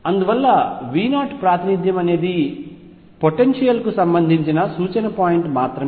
అందువల్ల V0 ప్రాతినిధ్యం అనేది పొటెన్షియల్ కు సంబంధించిన సూచన పాయింట్ మాత్రమే